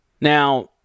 Now